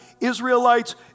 Israelites